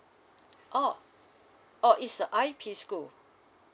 orh orh is a I_P school